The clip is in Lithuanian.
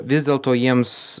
vis dėlto jiems